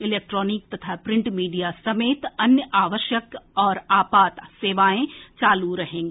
electronic तथा print media समेत अन्य आवश्यक और आपात सेवाएं चालू रहेंगी